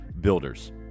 Builders